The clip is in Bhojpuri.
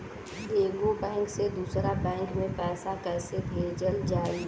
एगो बैक से दूसरा बैक मे पैसा कइसे भेजल जाई?